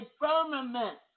firmament